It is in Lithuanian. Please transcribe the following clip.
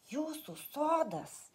jūsų sodas